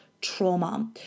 trauma